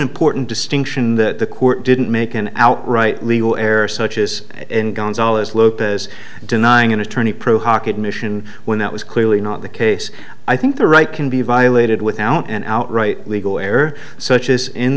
important distinction that the court didn't make an outright legal error such as in gonzalez lopez denying an attorney pro hockey admission when that was clearly not the case i think the right can be violated without an outright legal error such as in